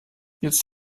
jetzt